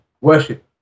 worship